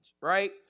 right